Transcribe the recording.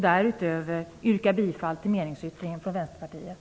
Därutöver yrkar jag bifall till Vänsterpartiets meningsyttring.